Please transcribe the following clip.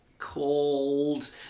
Called